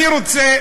אני רוצה,